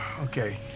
Okay